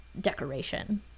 decoration